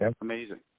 Amazing